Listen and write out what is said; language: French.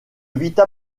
vita